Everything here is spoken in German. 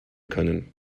können